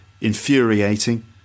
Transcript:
infuriating